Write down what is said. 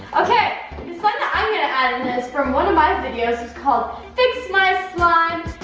okay, the slime that i'm gonna add in is from one of my videos. it's called fix my slime.